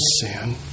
sin